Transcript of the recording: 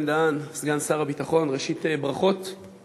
בן-דהן לעלות לדוכן כדי